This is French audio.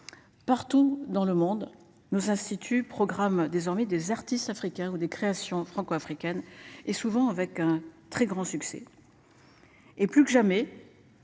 Partout dans le monde, nos instituts programme désormais des artistes africains ou des créations franco-africaines et souvent avec un très grand succès. Et plus que jamais.